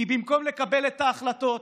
כי במקום לקבל את ההחלטות